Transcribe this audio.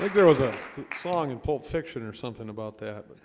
like there was a song in pulp fiction or something about that